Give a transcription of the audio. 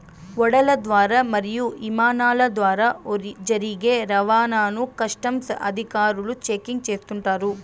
ఓడల ద్వారా మరియు ఇమానాల ద్వారా జరిగే రవాణాను కస్టమ్స్ అధికారులు చెకింగ్ చేస్తుంటారు